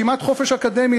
כמעט חופש אקדמי,